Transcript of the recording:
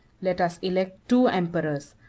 let us elect two emperors,